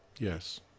Yes